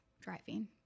driving